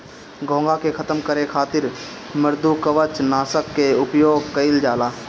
घोंघा के खतम करे खातिर मृदुकवच नाशक के उपयोग कइल जाला